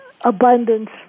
abundance